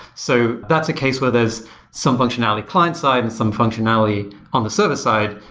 so that's a case where there's some functionality client side and some functionality on the server side,